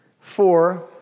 Four